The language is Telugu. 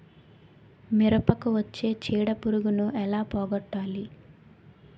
మిరపకు వచ్చే చిడపురుగును ఏల పోగొట్టాలి?